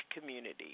community